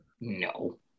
No